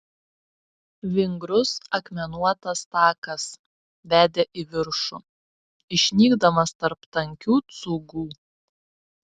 vingrus akmenuotas takas vedė į viršų išnykdamas tarp tankių cūgų